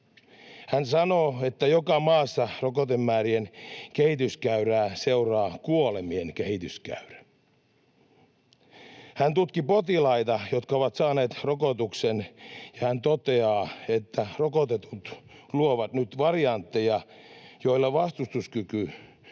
Hän sanoo, että joka maassa rokotemäärien kehityskäyrää seuraa kuolemien kehityskäyrä. Hän tutki potilaita, jotka ovat saaneet rokotuksen, ja hän toteaa, että rokotetut luovat nyt variantteja, joilla on vastustuskyky